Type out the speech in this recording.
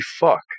fuck